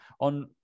on